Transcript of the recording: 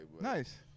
Nice